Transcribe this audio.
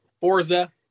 Forza